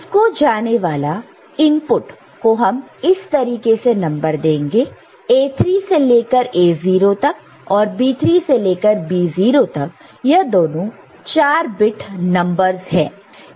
इसको जाने वाले इनपुट को हम इस तरीके से नंबर देंगे A3 से लेकर A0 तक और B3 से लेकर B0 तक यह दोनों 4 बिट नंबरस है